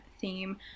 theme